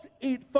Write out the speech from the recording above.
eat